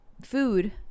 food